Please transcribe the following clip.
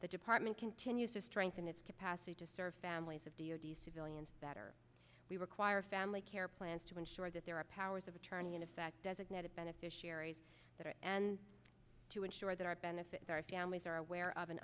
the department continues to strengthen its capacity to serve families of d o d s civilians better we require family care plans to ensure that there are powers of attorney in effect designated beneficiaries and to ensure that our benefits our families are aware of and